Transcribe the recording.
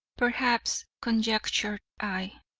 perhaps, conjectured i,